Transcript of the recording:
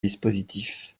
dispositif